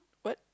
what